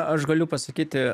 aš galiu pasakyti